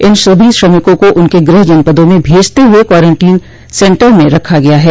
इन सभी श्रमिकों को उनके गृह जनपदों में भेजते हुए क्वारेंटाइन सेंटर में रखा गया है